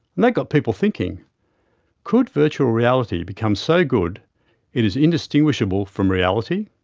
that got people thinking could virtual reality become so good it is indistinguishable from reality?